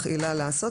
נמצא?